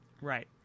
Right